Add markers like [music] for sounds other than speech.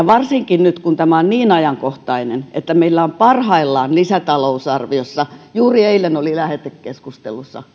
[unintelligible] varsinkin nyt kun tämä on niin ajankohtainen että meillä on parhaillaan lisätalousarviossa sata miljoonaa juuri eilen oli lähetekeskustelussa